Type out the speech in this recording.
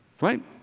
Right